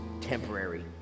temporary